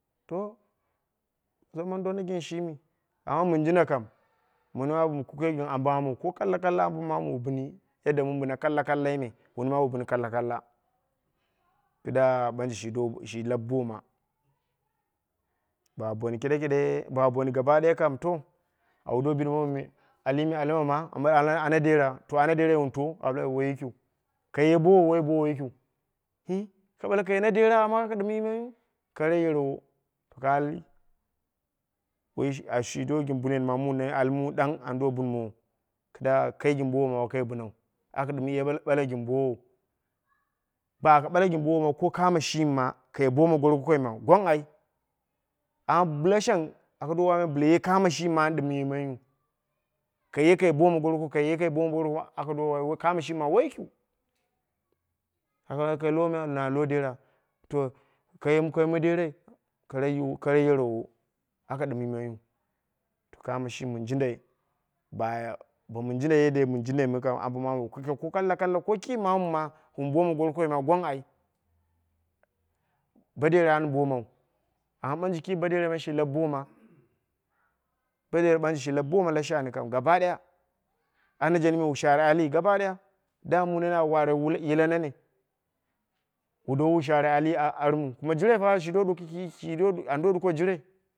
To zaman dona gin shimi. Amma min jindai kam, mini ma mu kuke gin ambo ambo ko kalla ambo mamuwu wu bini yadda min bina kalla kallai me. wuni ma wu bini kalla kalla, kida banje shi lau boma, ba boni kiɗekiɗe, ba boni gabadaya kam, to, an do bidi mamu, mi, ali me, ali mama? Aka ɓalma alima ana dera. to ana derai wun to? Au balmi woi yikiu. Kaye bowo woi bowo yikiu, hi ka bale kai na dera amma aka ɗim yimaiyu? Kara yerowu. Aka al, shi do gin bunen ma, al mu ɗang an do bun mowo, kida kai gin bowo ma wokai binau. Aka ɗim ye ɓala gin bowou. Ba ka ɓala gin bowo ma ko kamo shimi ma kai boma goro gokoi ma, gwang ai. Amma bla shang aka do wamai bla ye kamo shimi a an ɗim yimai yu. ka ye kai boma goro goko, kaye kai boma goro goko, aka do wai kamo shimi ma woi yikiu. Aka balma, kai lo mi na lo dera, to aka yimu bo derai, kara yerowu, aka ɗim yimaiyu. To kamo shimi min jindai ba, bo min jindai, yadda min jindai kam ambo mamu wu kuke kalla kalla, ko ki mamu ma wun boma goro gokoi ma gwang ai, bo dera an bomau amma ɓanje kime bo derai ma shi lau boma. Bo derai shi lau boma la shani gabadaya. Ana jan wu share ali gabadaya. Damun mu nene a ware yila nene. Wu dowu wu share ali armu kuma jire pa ando duko jire